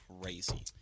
crazy